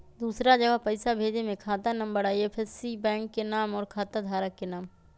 दूसरा जगह पईसा भेजे में खाता नं, आई.एफ.एस.सी, बैंक के नाम, और खाता धारक के नाम?